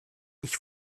ich